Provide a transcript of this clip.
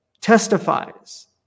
testifies